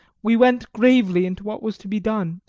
we went gravely into what was to be done.